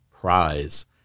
prize